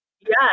Yes